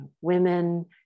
women